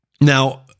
Now